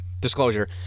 disclosure